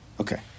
Okay